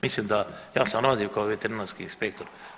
Mislim da, ja sam radio kao veterinarski inspektor.